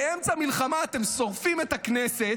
באמצע מלחמה אתם שורפים את הכנסת,